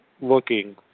looking